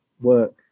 work